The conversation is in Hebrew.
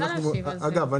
אגב,